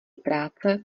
práce